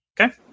Okay